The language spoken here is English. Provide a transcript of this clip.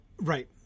Right